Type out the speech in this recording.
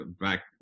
back